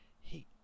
He